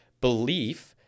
belief